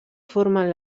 formen